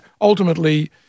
ultimately